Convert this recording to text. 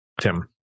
Tim